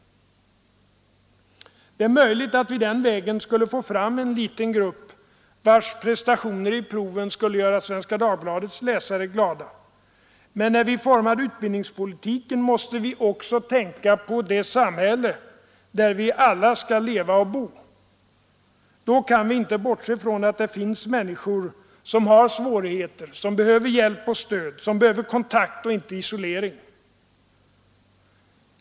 Det är visserligen möjligt att vi den vägen skulle få fram en liten grupp, vars prestationer i proven skulle göra Svenska Dagbladets läsare glada, men när vi formar utbildningspolitiken måste vi också tänka på det samhälle där vi alla skall leva och bo. Då kan vi inte bortse från att det finns människor som har svårigheter, som behöver hjälp och stöd, som behöver kontakt och inte isolering.